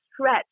stretch